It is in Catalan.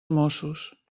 mossos